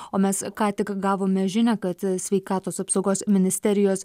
o mes ką tik gavome žinią kad sveikatos apsaugos ministerijos